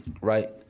right